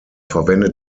verwendet